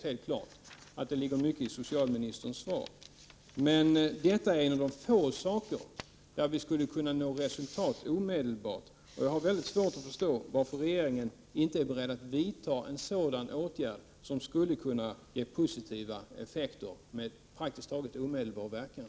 Helt klart ligger det mycket i socialministerns svar, men detta är en av de få saker där vi skulle kunna nå resultat omedelbart. Jag har väldigt svårt att förstå varför regeringen inte är beredd att vidta en sådan åtgärd som skulle ge positiva effekter med praktiskt taget omedelbar verkan.